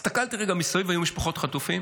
הסתכלתי לרגע מסביב והיו משפחות חטופים.